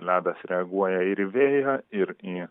ledas reaguoja ir į vėją ir į